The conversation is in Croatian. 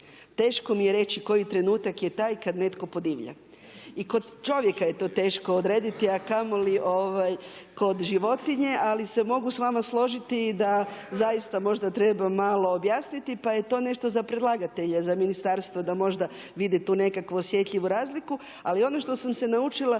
Teško mi je reći koji trenutak je taj kada netko podivlja. I kod čovjeka je to teško odrediti, a kamo li kod životinje, ali se mogu s vama složiti da zaista možda treba malo objasniti, pa je to nešto za predlagatelje, za ministarstvo, da možda vide tu nekakvu osjetljivu razliku. Ali ono što sam se naučila